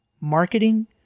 Marketing